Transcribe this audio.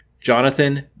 Jonathan